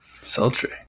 sultry